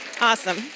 Awesome